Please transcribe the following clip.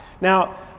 Now